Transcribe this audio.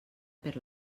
per